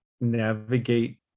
navigate